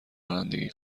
رانندگی